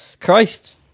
Christ